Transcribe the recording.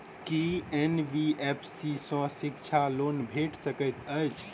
की NBFC सँ शिक्षा loan भेटि सकैत अछि?